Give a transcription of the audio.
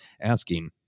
asking